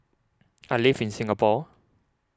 I live in Singapore